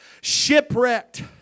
Shipwrecked